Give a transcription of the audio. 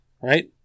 right